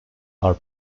are